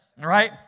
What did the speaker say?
right